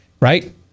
right